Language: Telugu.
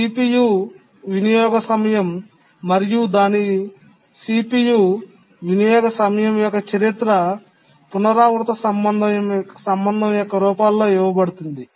CPU వినియోగ సమయం మరియు దాని CPU వినియోగ సమయం యొక్క చరిత్ర పునరావృత సంబంధం యొక్క రూపాల్లో ఇవ్వబడుతుంది